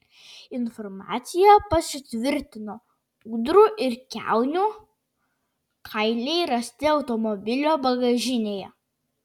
informacija pasitvirtino ūdrų ir kiaunių kailiai rasti automobilio bagažinėje